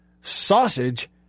sausage